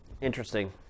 Interesting